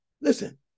Listen